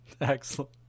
Excellent